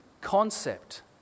concept